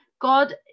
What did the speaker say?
God